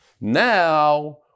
Now